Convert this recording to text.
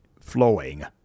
flowing